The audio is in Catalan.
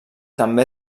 també